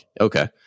Okay